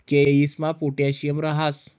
केयीसमा पोटॅशियम राहस